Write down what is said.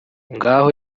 ngaho